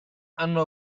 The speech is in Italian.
hanno